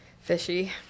Fishy